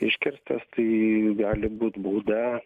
iškirstas tai gali būt bauda